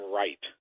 right